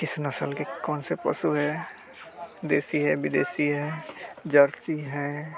किस नस्ल की कौन से पशु हैं देसी हैं विदेशी हैं जेर्सी हैं